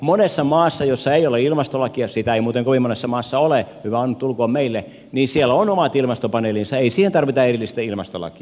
monessa maassa missä ei ole ilmastolakia sitä ei muuten kovin monessa maassa ole hyvä on tulkoon meille on omat ilmastopaneelinsa ei siihen tarvita erillistä ilmastolakia